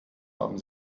haben